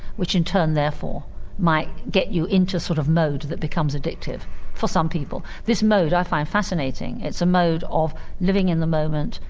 which in turn therefore might get you into a sort of mode that becomes addictive for some people. this mode i find fascinating. it's a mode of living in the moment,